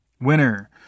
winner